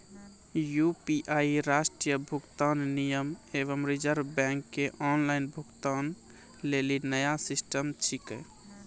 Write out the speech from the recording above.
UPI राष्ट्रीय भुगतान निगम एवं रिज़र्व बैंक के ऑनलाइन भुगतान लेली नया सिस्टम छिकै